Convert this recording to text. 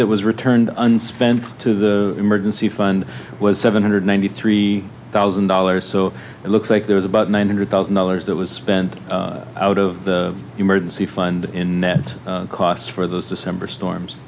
that was returned unspent to the emergency fund was seven hundred ninety three thousand dollars so it looks like there's about nine hundred thousand dollars that was spent out of the emergency fund in net costs for those december storms